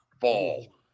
Ball